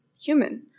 human